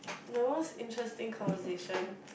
the most interesting conversation